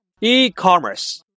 e-commerce